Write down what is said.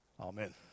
Amen